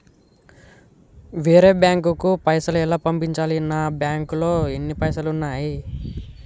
వేరే బ్యాంకుకు పైసలు ఎలా పంపించాలి? నా బ్యాంకులో ఎన్ని పైసలు ఉన్నాయి?